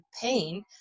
pain